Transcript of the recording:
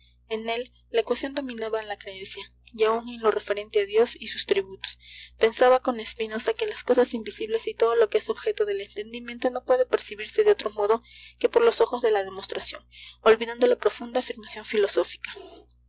en él la ecuación dominaba a la creencia y aun en lo referente a dios y sus tributos pensaba con spinosa que las cosas invisibles y todo lo que es objeto del entendimiento no puede percibirse de otro modo que por los ojos de la demostración olvidando la profunda afirmación filosófica